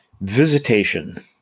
Visitation